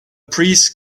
priest